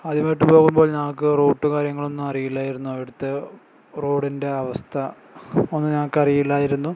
ആദ്യമായിട്ട് പോകുമ്പോൾ ഞങ്ങൾക്ക് റോട്ട് കാര്യങ്ങളൊന്നും അറിയില്ലായിരുന്നു അവിടുത്തെ റോഡിൻ്റെ അവസ്ഥ ഒന്ന് ഞങ്ങൾക്ക് അറിയില്ലായിരുന്നു